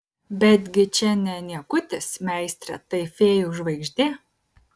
betgi čia ne niekutis meistre tai fėjų žvaigždė